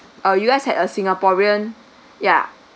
ah you guys had a singaporean ya